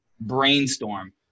Brainstorm